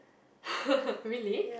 really